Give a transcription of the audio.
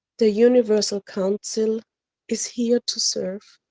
the universal council is here to serve,